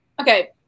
Okay